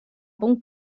bun